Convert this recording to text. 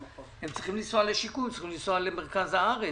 צריכים לנסוע לשיקום במרכז הארץ.